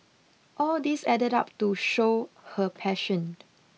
all these added up to show her passion